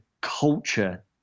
culture